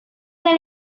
del